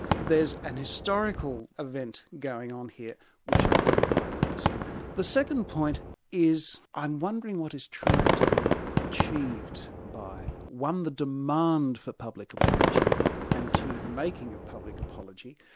there's an historical event going on here which i don't quite understand. the second point is i'm wondering what is trying to be achieved by, one, the demand for public apology and two, the making of public apology.